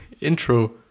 intro